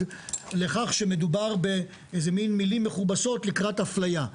לכך שמדובר באיזה מן מילים מכובסות לקראת אפליה.